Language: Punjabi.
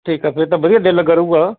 ਠੀਕ ਹੈ ਫਿਰ ਤਾਂ ਵਧੀਆ ਦਿਲ ਲੱਗਿਆ ਰਹੂਗਾ